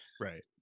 right